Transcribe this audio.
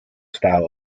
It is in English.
style